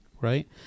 right